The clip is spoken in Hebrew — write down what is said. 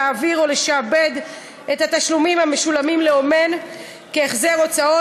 להעביר או לשעבד את התשלומים המשולמים לאומן כהחזר הוצאות.